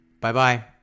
Bye-bye